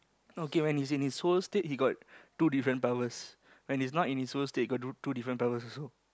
no K when he's in soul state he got two different powers when he's not in his soul state he got two two different powers also